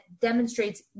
demonstrates